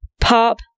pop